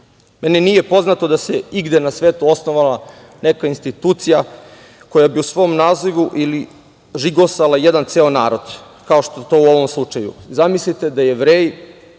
Meni nije poznato da igde na svetu osnovala neka institucija koja bi u svom nazivu ili žigosala jedan ceo narod, kao što je to u ovom slučaju. Zamislite da su Jevreji